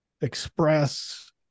express